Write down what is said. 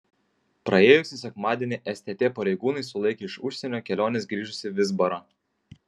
praėjusį sekmadienį stt pareigūnai sulaikė iš užsienio kelionės grįžusį vizbarą